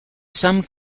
some